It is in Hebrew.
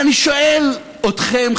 ואני שואל אתכם,